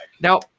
now